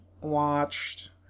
watched